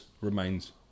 remains